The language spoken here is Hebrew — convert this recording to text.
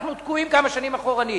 אנחנו תקועים כמה שנים אחורנית.